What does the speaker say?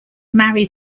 married